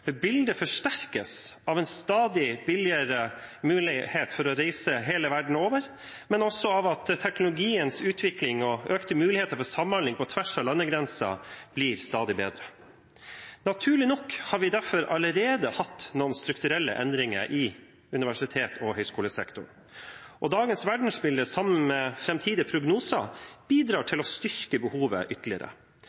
bildet forsterkes av en stadig billigere mulighet for å reise hele verden over og av at teknologiens utvikling og økte muligheter for samhandling på tvers av landegrenser blir stadig bedre. Naturlig nok har vi derfor allerede hatt noen strukturelle endringer i universitets- og høgskolesektoren. Og dagens verdensbilde, sammen med framtidige prognoser, bidrar til å styrke behovet ytterligere.